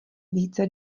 více